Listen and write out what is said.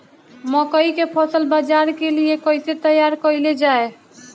मकई के फसल बाजार के लिए कइसे तैयार कईले जाए?